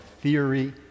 theory